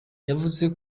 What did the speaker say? yavuze